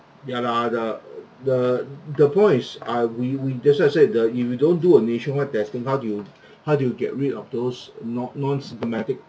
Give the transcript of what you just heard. ya lah the the the points uh we we that's why I said uh if we don't do a nation-wide testing how do you how do you get rid of those non non-symptomatic